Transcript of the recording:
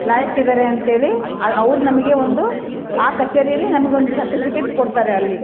ಲಾಯಕ್ಕಿದ್ದಾರೆ ಅಂತೇಳಿ ಅವ್ರು ನಮಗೆ ಒಂದು ಆ ಕಛೇರಿಯಲ್ಲಿ ನಮ್ಗೊಂದು ಸರ್ಟಿಫಿಕೇಟ್ ಕೊಡ್ತಾರೆ ಅಲ್ಲಿ